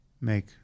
make